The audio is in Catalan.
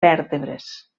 vèrtebres